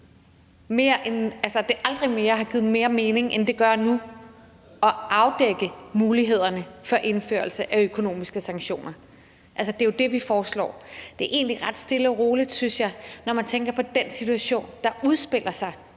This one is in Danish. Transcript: at det aldrig har givet mere mening, end det gør nu, at afdække mulighederne for indførelse af økonomiske sanktioner. Og det er jo det, vi foreslår. Det er egentlig ret stille og roligt, synes jeg, når man tænker på den situation, der udspiller sig